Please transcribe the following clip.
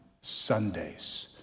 Sundays